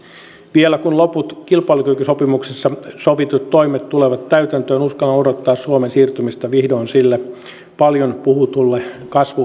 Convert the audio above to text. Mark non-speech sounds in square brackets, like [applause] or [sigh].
vielä kun loput kilpailukykysopimuksessa sovitut toimet tulevat täytäntöön uskallan odottaa suomen siirtymistä vihdoin sille paljon puhutulle kasvu [unintelligible]